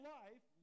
life